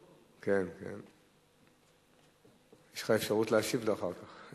כן, כן, יש לך אפשרות להשיב לו אחר כך,